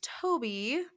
Toby